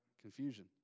confusion